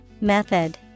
method